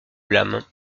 blâme